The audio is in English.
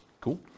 Cool